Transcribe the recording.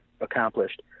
accomplished